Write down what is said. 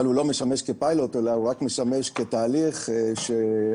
הוא לא משמש כפיילוט אלא הוא משמש כתהליך שאנחנו